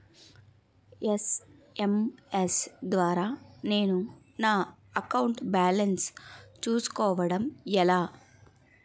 SMS ద్వారా నేను నా అకౌంట్ బాలన్స్ చూసుకోవడం ఎలా?